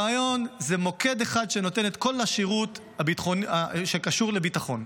הרעיון זה מוקד אחד שנותן את כל השירות שקשור לביטחון.